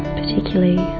particularly